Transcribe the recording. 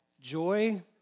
joy